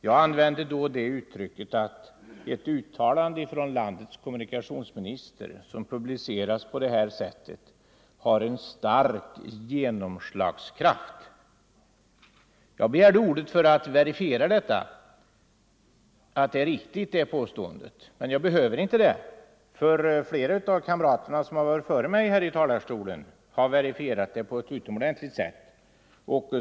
Jag sade då att ett uttalande från landets kommunikationsminister som publiceras på detta sätt har en stark genomslagskraft. Jag begärde ordet för att verifiera att det påståendet är riktigt, men det behöver jag inte göra därför att flera av kamraterna före mig i talarstolen har verifierat det på ett utomordentligt sätt.